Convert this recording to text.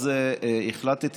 אז החלטתי